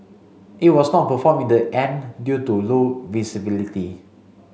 it was not performed in the end due to low visibility